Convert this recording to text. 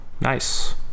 nice